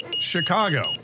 Chicago